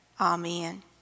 Amen